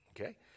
okay